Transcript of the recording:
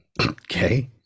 Okay